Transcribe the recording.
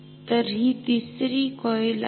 तर हि तिसरी कॉईल आहे